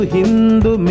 Hindu